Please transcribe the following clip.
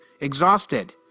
exhausted